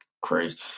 Crazy